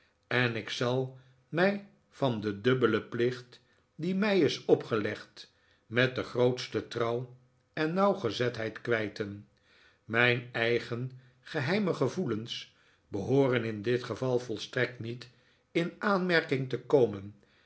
en ik zal mij van den dubbelen plicht die mij is opgelegd met de grootste trouw en nauwgezetheid kwijten mijn eigen geheime gevoelens behooren in dit geval volstrekt niet in aanmerking te komen